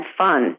fun